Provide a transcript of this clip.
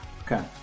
Okay